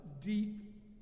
deep